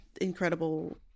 incredible